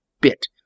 bit